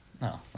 no